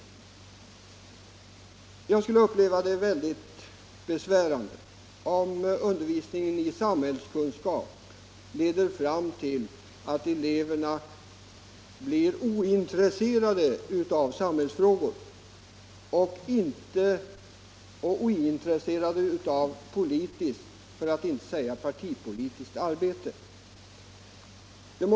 Men jag skulle uppleva det som mycket besvärande om undervisning i samhällskunskap ledde fram till att eleverna blev ointresserade av samhällsfrågor och av politiskt, för att inte säga partipolitiskt, arbete.